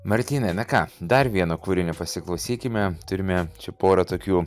martynai ką dar vieną kūrinį pasiklausykime turime čia porą tokių